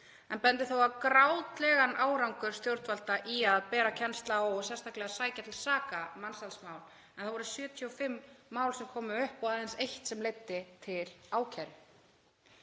en bendir þó á grátlegan árangur stjórnvalda í að bera kennsl á og sérstaklega að sækja til saka mansalsmál, en það voru 75 mál sem komu upp og aðeins eitt sem leiddi til ákæru.